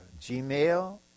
Gmail